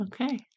Okay